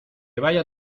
vaya